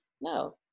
no